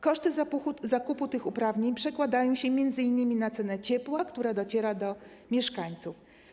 Koszty zakupu tych uprawnień przekładają się m.in. na cenę ciepła, która dociera do mieszkańców.